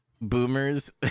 boomers